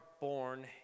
born